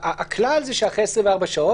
הכלל הוא שזה אחרי 24 שעות.